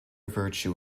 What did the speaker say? virtue